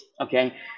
okay